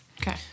Okay